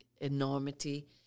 enormity